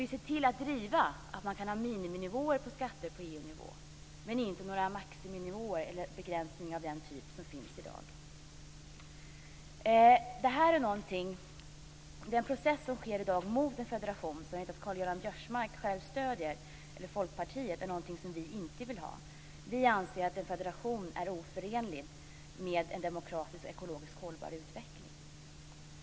Vi måste se till att driva att man kan ha miniminivåer på skatter på EU-nivå men inga maximinivåer eller begränsningar av den typ som finns i dag. Den process som sker i dag mot en federation - som jag vet att Karl-Göran Biörsmark stöder, eller Folkpartiet - är någonting som vi inte vill ha. Vi anser att en federation är oförenligt med en demokratisk och ekologiskt hållbar utveckling.